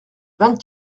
vingt